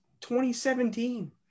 2017